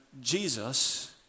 Jesus